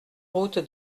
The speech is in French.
route